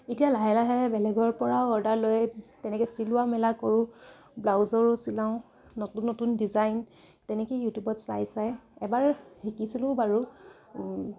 এতিয়া লাহে লাহে বেলেগৰ পৰাও অৰ্ডাৰ লৈ তেনেকৈ চিলোৱা মেলা কৰোঁ ব্লাউজৰো চিলাওঁ নতুন নতুন ডিজাইন তেনেকেই ইউটিউবত চাই চাই এবাৰ শিকিছিলোঁ বাৰু